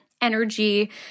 energy